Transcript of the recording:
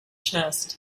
chest